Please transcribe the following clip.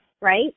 right